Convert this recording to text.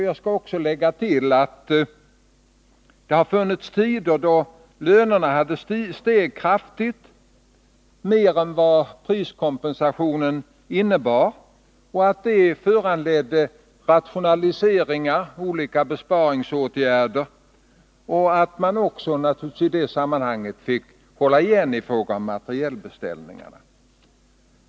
Jag skall lägga till att det har funnits tider då lönerna steg kraftigt — mer än vad priskompensationen innebar — och att det föranledde rationaliseringar och olika besparingsåtgärder. Naturligtvis fick man i det sammanhanget också hålla igen i fråga om materielbeställningar.